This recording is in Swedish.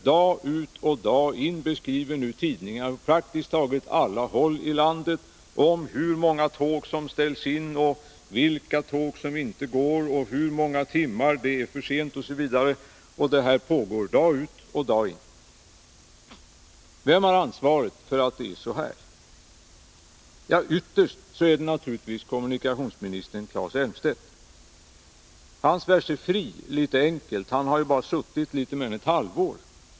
Dag ut och dag in skriver tidningar från praktiskt taget alla håll i landet om hur många tåg som ställs in, vilka tåg som inte går, hur många timmar tågen är försenade osv. Detta pågår som sagt dag ut och dag in. Vem har ansvaret för att det är så här? Ytterst är det naturligtvis kommunikationsministern Claes Elmstedt. Han svär sig fri litet för enkelt — han har ju bara suttit i regeringen litet mer än ett halvår.